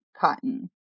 cotton